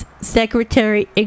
Secretary